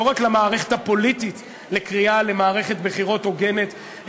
לא רק לקריאה למערכת הפוליטית למערכת בחירות הוגנת,